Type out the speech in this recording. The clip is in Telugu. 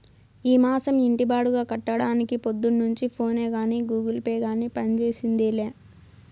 ఈ మాసం ఇంటి బాడుగ కట్టడానికి పొద్దున్నుంచి ఫోనే గానీ, గూగుల్ పే గానీ పంజేసిందేలా